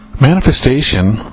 Manifestation